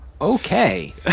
Okay